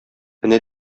энә